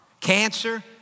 Cancer